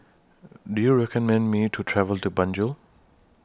Do YOU recommend Me to travel to Banjul